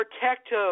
protective